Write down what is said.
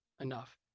enough